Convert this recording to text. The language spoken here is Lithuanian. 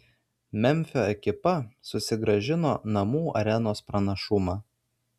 memfio ekipa susigrąžino namų arenos pranašumą